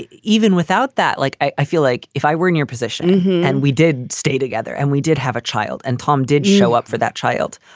even without that, like, i feel like if i were in your position and we did stay together and we did have a child and tom did show up for that child,